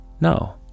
No